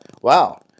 Wow